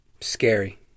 Scary